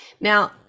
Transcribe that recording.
now